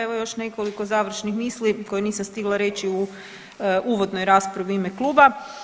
Evo još nekoliko završnih misli koje nisam stigla reći u uvodnoj raspravi u ime kluba.